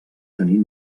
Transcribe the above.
tenir